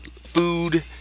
food